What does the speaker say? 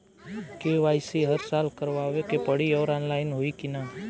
KYC हर साल करवावे के पड़ी और ऑनलाइन होई की ना?